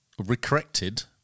recorrected